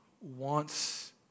wants